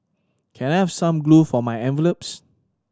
can I have some glue for my envelopes